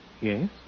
Yes